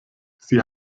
sie